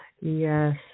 yes